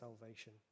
salvation